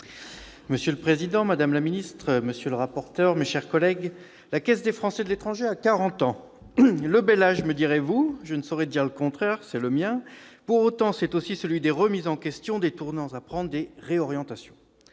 Monsieur le président, madame la ministre, monsieur le rapporteur, mes chers collègues, la Caisse des Français de l'étranger a quarante ans. Le bel âge, me direz-vous ! Je ne saurais dire le contraire, c'est le mien ! Pour autant, c'est aussi celui des remises en question, des tournants à prendre, des réorientations.